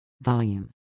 Volume